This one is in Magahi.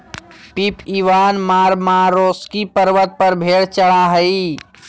पिप इवान मारमारोस्की पर्वत पर भेड़ चरा हइ